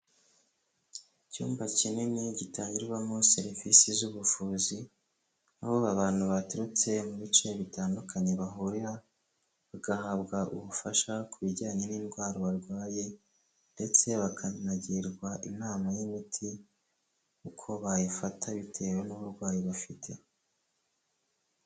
Icyumba kinini gitangirwamo serivisi z'ubuvuzi, aho abantu baturutse mu bice bitandukanye bahurira bagahabwa ubufasha ku bijyanye n'indwara barwaye ndetse bakanagirwa inama y'imiti uko bayifata bitewe n'uburwayi bafite.